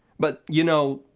but, you know,